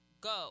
go